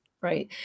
Right